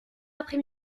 après